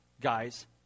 guys